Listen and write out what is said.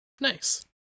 Nice